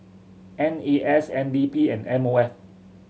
N A S N D P and M O F